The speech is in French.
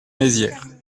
mézières